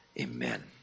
Amen